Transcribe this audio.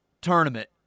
tournament